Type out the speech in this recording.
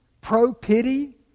pro-pity